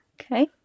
Okay